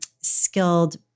skilled